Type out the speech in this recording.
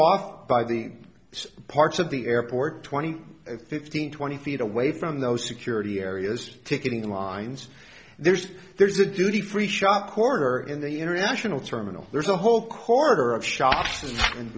off by the parts of the airport twenty fifteen twenty feet away from those security areas ticketing the lines there's there's a duty free shop quarter in the international terminal there's a whole corridor of shops and